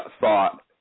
thought